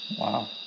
Wow